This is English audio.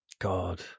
God